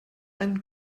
ein